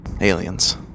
aliens